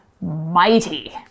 mighty